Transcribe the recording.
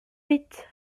vite